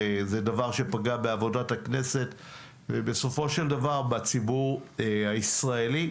דבר שפגע בעבודת הכנסת ובסופו של דבר בציבור הישראלי.